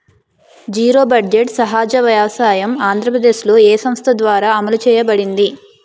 Zero budget సహజ వ్యవసాయం ఆంధ్రప్రదేశ్లో, ఏ సంస్థ ద్వారా అమలు చేయబడింది?